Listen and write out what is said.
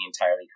entirely